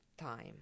time